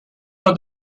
are